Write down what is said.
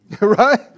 Right